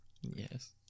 yes